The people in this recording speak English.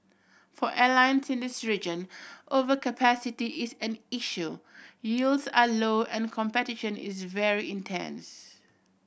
for airlines in this region overcapacity is an issue yields are low and competition is very intense